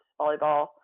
volleyball